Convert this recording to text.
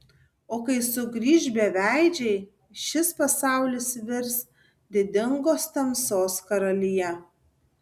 o kai sugrįš beveidžiai šis pasaulis virs didingos tamsos karalija